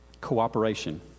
cooperation